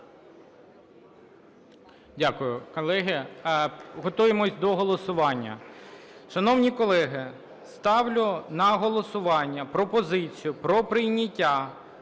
Дякую. Колеги, готуємося до голосування. Шановні колеги, ставлю на голосування пропозицію про прийняття